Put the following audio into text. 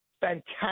fantastic